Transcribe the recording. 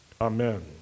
Amen